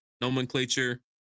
nomenclature